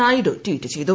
Naidu tweet ചെയ്തു